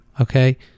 Okay